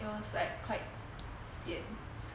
it was like quite sian